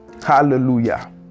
Hallelujah